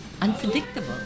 unpredictable